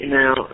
now